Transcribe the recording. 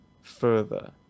further